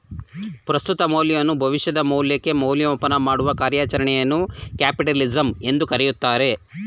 ಪ್ರಸ್ತುತ ಮೌಲ್ಯವನ್ನು ಭವಿಷ್ಯದ ಮೌಲ್ಯಕ್ಕೆ ಮೌಲ್ಯಮಾಪನ ಮಾಡುವ ಕಾರ್ಯಚರಣೆಯನ್ನು ಕ್ಯಾಪಿಟಲಿಸಂ ಎಂದು ಕರೆಯುತ್ತಾರೆ